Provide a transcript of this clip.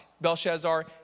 Belshazzar